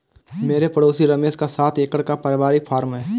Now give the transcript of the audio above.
मेरे पड़ोसी रमेश का सात एकड़ का परिवारिक फॉर्म है